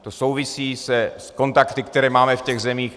To souvisí s kontakty, které máme v těch zemích.